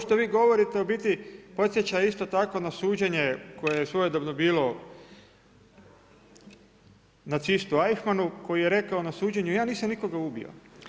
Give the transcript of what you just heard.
Ovo što vi govorite u biti, podsjeća isto tako na suđenje, koje je svojedobno bio nacistu Eichmannu koji je rekao na suđenju, ja nisam nikoga ubio.